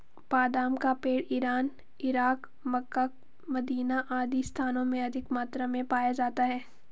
बादाम का पेड़ इरान, इराक, मक्का, मदीना आदि स्थानों में अधिक मात्रा में पाया जाता है